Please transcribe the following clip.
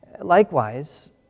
Likewise